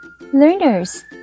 Learners